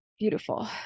Beautiful